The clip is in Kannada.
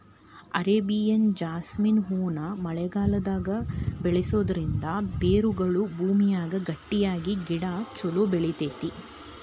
ಅರೇಬಿಯನ್ ಜಾಸ್ಮಿನ್ ಹೂವನ್ನ ಮಳೆಗಾಲದಾಗ ಬೆಳಿಸೋದರಿಂದ ಬೇರುಗಳು ಭೂಮಿಯಾಗ ಗಟ್ಟಿಯಾಗಿ ಗಿಡ ಚೊಲೋ ಬೆಳಿತೇತಿ